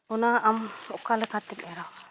ᱚᱱᱟ ᱟᱢ ᱚᱠᱟ ᱞᱮᱠᱟᱛᱮᱢ ᱮᱲᱟᱣᱟ